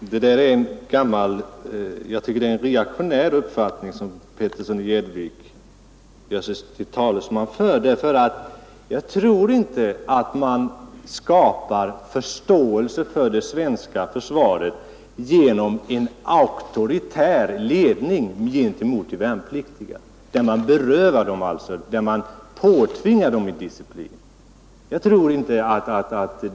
Fru talman! Jag tycker att det är en reaktionär uppfattning som herr Petersson i Gäddvik gör sig till talesman för. Jag tror inte att man skapar förståelse för det svenska försvaret enligt ert sätt att resonera, genom en auktoritär ledning, varigenom de värnpliktiga påtvingas disciplin.